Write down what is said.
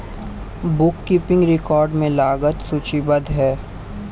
book keeping record में लागत सूचीबद्ध है